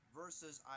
versus